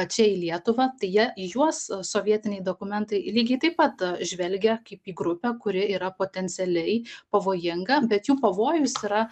čia į lietuvą tai jie į juos sovietiniai dokumentai lygiai taip pat žvelgia kaip į grupę kuri yra potencialiai pavojinga bet jų pavojus yra